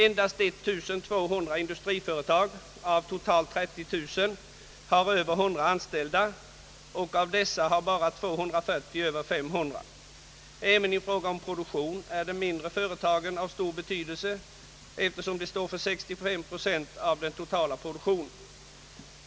Endast 1200 industriföretag av totalt 30 000 har över 100 anställda, och av dessa har bara 240 över 500 anställda. Även i fråga om produktionen är de mindre företagen av stor betydelse, eftersom de står för 65 procent av den totala produktionen.